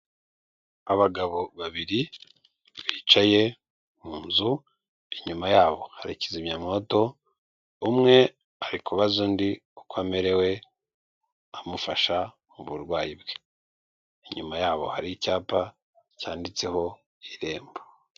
Abagabo babiri bicaye mu nzu inyuma yabo hari kizimyamwoto, umwe ari kubaza undi uko amerewe amufasha mu burwayi bwe, inyuma yabo hari icyapa cyanditseho irembo.